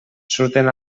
surten